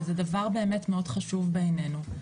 שזה דבר באמת מאוד חשוב בעינינו.